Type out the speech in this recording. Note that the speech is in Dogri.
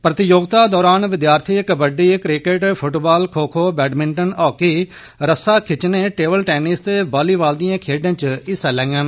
प्रतियोगिता दरान विद्यार्थी kabaddi cricket football kho kho badminton hockey रस्सा खिच्चने टेबल टैनिस ते वालीबाल दिए खेड्डे च हिस्सा लैंगन